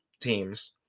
teams